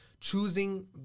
choosing